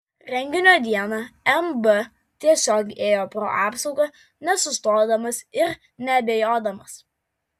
renginio dieną mb tiesiog ėjo pro apsaugą nesustodamas ir neabejodamas